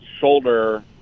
shoulder